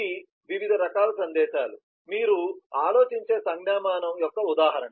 కాబట్టి ఇవి వివిధ రకాల సందేశాలు మీరు ఆలోచించే సంజ్ఞామానం యొక్క ఉదాహరణ